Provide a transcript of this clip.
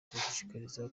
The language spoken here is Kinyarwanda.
kubashishikariza